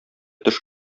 төш